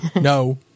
no